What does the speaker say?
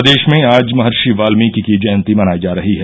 प्रदेश में आज महर्षि वाल्मीकि की जयंती मनायी जा रही है